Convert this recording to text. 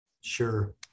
sure